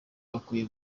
bakwiye